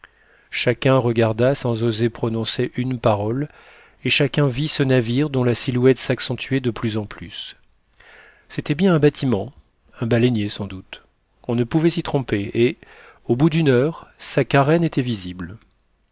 chacun regarda sans oser prononcer une parole et chacun vit ce navire dont la silhouette s'accentuait de plus en plus c'était bien un bâtiment un baleinier sans doute on ne pouvait s'y tromper et au bout d'une heure sa carène était visible